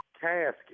casket